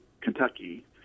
Kentucky